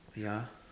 ya